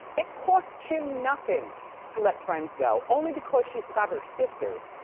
it costs kim nothing to let friends go, only because she's got her sisters.